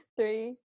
Three